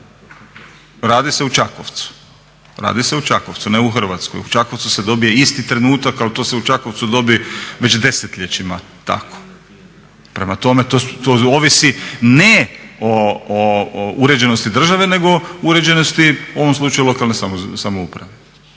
za tjedan dana. Radi se u Čakovcu, ne u Hrvatskoj, u Čakovcu se dobije isti trenutak, ali to se u Čakovcu dobije već desetljećima tako. Prema tome, to ovisi ne o uređenosti države nego uređenosti u ovom slučaju lokalne samouprave